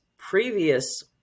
previous